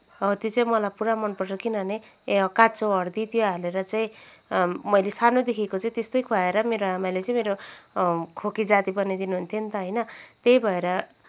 हो त्यो चाहिँ मलाई पुरा मनपर्छ किनभने ए काँचो हर्दी त्यो हालेर चाहिँ मैले सानैदेखिको चाहिँ त्यस्तै खुवाएर मेरो आमाले चाहिँ मेरो खोकी जाती बनाइदिनु हुन्थ्यो नि त होइन त्यही भएर